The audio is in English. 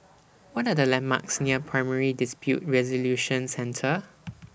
What Are The landmarks near Primary Dispute Resolution Centre